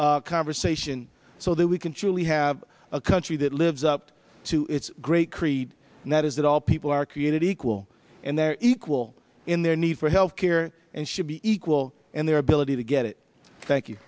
this conversation so that we can truly have a country that lives up to its great creed and that is that all people are created equal and they're equal in their need for health care and should be equal and their ability to get it thank you